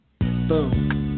Boom